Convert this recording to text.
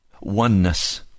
oneness